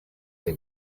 say